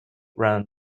run